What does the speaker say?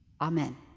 Amen